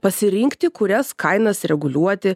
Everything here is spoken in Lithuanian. pasirinkti kurias kainas reguliuoti